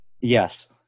Yes